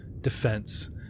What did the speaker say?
defense